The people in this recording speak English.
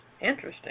Interesting